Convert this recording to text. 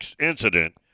incident